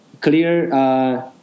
clear